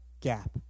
gap